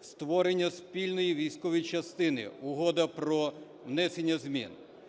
створення спільної військової частини, Угода про внесення змін.